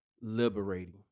liberating